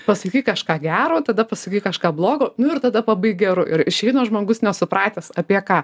pasakyk kažką gero tada pasakyk kažką blogo nu ir tada pabaik geru ir išeina žmogus nesupratęs apie ką